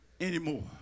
anymore